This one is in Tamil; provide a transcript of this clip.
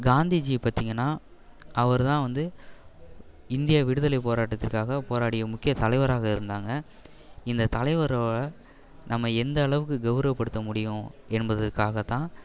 காந்திஜி பார்த்திங்கன்னா அவர் தான் வந்து இந்திய விடுதலை போராட்டத்திற்காக போராடிய முக்கிய தலைவராக இருந்தாங்க இந்த தலைவரோட நம்ம எந்த அளவுக்கு கவுரவபடுத்தமுடியும் என்பதற்காக தான்